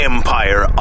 Empire